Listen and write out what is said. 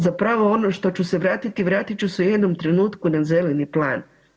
Zapravo ono što ću se vratiti, vratiti ću se u jednom trenutku na zeleni plan.